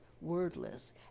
wordless